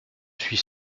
suis